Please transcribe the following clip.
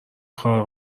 خارق